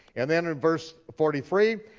and then in verse forty three,